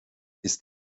ist